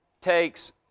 takes